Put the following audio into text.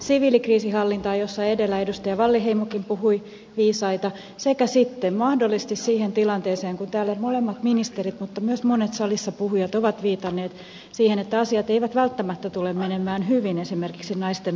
siviilikriisinhallintaan jossa edellä edustaja wallinheimokin puhui viisaita sekä sitten mahdollisesti siihen tilanteeseen kun täällä molemmat ministerit mutta myös monet salissa puhujat ovat viitanneet siihen että asiat eivät välttämättä tule menemään hyvin esimerkiksi naisten oikeuksien kannalta